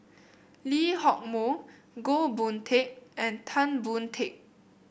Lee Hock Moh Goh Boon Teck and Tan Boon Teik